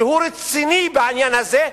שהוא רציני בעניין הזה,